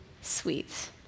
sweet